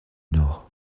nord